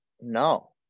No